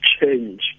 change